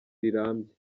rirambye